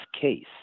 case